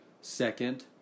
Second